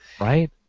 right